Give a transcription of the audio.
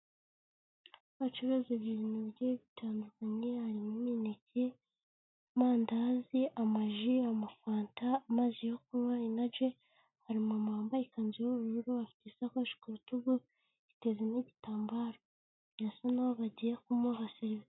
Bacuruzije ibintu bigiye bitandukanye, harimo imineke, amandazi, amaji, amafanta amazi yo kunywa, inaji, hari umumama wambaye ikanzu yuburu, afite isakoshi ku rutugu, yiteze n' igitambaro, birasa naho bagiye kumuha serevisi.